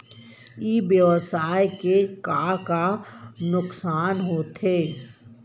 ई व्यवसाय के का का नुक़सान होथे?